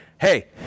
hey